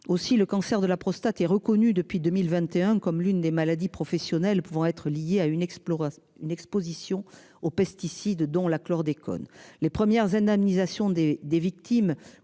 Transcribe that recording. aussi, le cancer de la prostate est reconnu depuis 2021 comme l'une des maladies professionnelles pouvant être liés à une exploration une Exposition aux pesticides dont la chlordécone, les premières indemnisations des des victimes